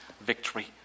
victory